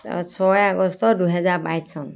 ছয় আগষ্ট দুহেজাৰ বাইছ চন